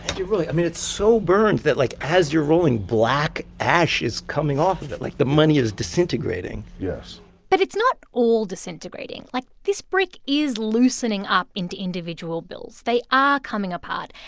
you really i mean, it's so burned that, like, as your rolling, black ash is coming off it. like, the money is disintegrating yes but it's not all disintegrating. like, this brick is loosening up into individual bills. they are coming up hard.